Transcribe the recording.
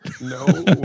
No